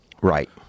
Right